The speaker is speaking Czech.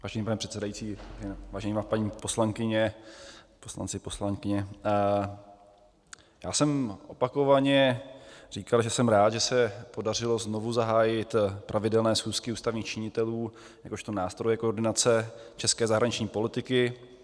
Vážený pane předsedající, vážená paní poslankyně, poslanci, poslankyně, já jsem opakovaně říkal, že jsem rád, že se podařilo znovu zahájit pravidelné schůzky ústavních činitelů jakožto nástroje koordinace české zahraniční politiky.